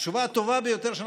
התשובה הטובה ביותר שאנחנו,